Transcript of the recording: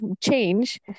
change